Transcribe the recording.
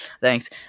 thanks